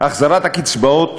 החזרת הקצבאות